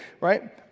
right